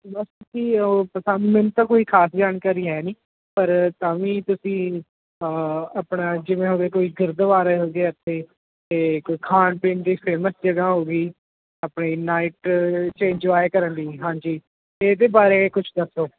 ਬਾਕੀ ਉਹ ਪਸੰਦ ਮੈਨੂੰ ਤਾਂ ਕੋਈ ਖ਼ਾਸ ਜਾਣਕਾਰੀ ਹੈ ਨਹੀਂ ਪਰ ਤਾਂ ਵੀ ਤੁਸੀਂ ਆਪਣਾ ਜਿਵੇਂ ਕੋਈ ਗੁਰਦੁਆਰੇ ਹੋ ਗਏ ਇੱਥੇ ਅਤੇ ਕੋਈ ਖਾਣ ਪੀਣ ਦੀ ਫੇਮਸ ਜਗ੍ਹਾ ਹੋ ਗਈ ਆਪਣੇ ਨਾਈਟ 'ਚ ਇੰਜੋਏ ਕਰਨ ਲਈ ਹਾਂਜੀ ਅਤੇ ਇਹਦੇ ਬਾਰੇ ਕੁਛ ਦੱਸੋ